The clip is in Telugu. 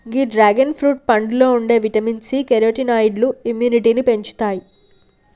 గీ డ్రాగన్ ఫ్రూట్ పండులో ఉండే విటమిన్ సి, కెరోటినాయిడ్లు ఇమ్యునిటీని పెంచుతాయి